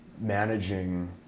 managing